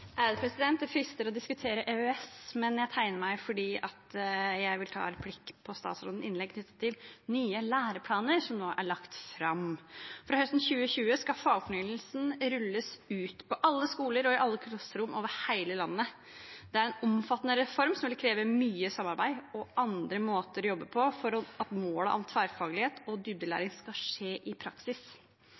Det frister å diskutere EØS, men jeg tegnet meg fordi jeg ville ta replikk på statsrådens innlegg knyttet til nye læreplaner, som nå er lagt fram. Fra høsten 2020 skal fagfornyelsen rulles ut på alle skoler og i alle klasserom over hele landet. Det er en omfattende reform som vil kreve mye samarbeid og andre måter å jobbe på for at målet om tverrfaglighet og dybdelæring skal skje i praksis.